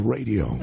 Radio